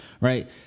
right